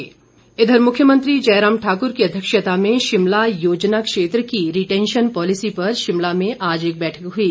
मुख्यमंत्री इधर मुख्यमंत्री जयराम ठाक्र की अध्यक्षता में शिमला योजना क्षेत्र की रिटेंशन पॉलिसी पर शिमला में आज एक बैठक हुई